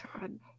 God